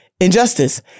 injustice